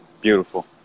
Beautiful